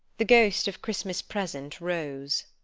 the ghost of christmas present rose.